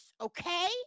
okay